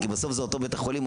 כי בסוף זה אותו בית חולים,